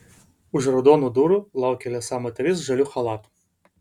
už raudonų durų laukia liesa moteris žaliu chalatu